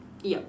yup